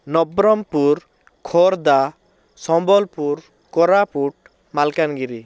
Nabarangpur Khordha Sambalpur Koraput Malkangiri